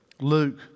Luke